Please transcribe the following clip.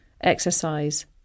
exercise